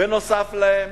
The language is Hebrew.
בנוסף להם,